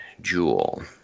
Jewel